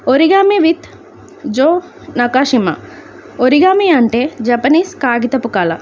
origami with Jo Nakashima origami అంటే Japanese కాగితపు కళ